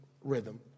rhythm